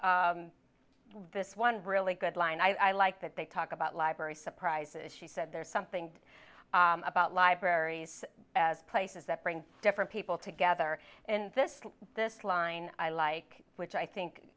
with this one really good line i like that they talk about library surprises she said there's something about libraries as places that bring different people together and this this line i like which i think